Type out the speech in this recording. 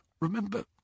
Remember